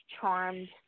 Charmed